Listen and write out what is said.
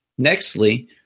Nextly